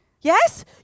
Yes